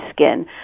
skin